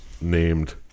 Named